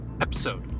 episode